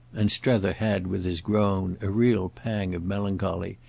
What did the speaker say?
and strether had, with his groan, a real pang of melancholy.